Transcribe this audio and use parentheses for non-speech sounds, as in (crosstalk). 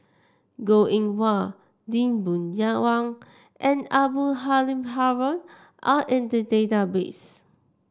Goh Eng Wah Lee Boon (unintelligible) Wang and Abdul Halim Haron are in the database